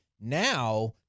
Now